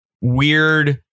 weird